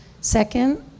Second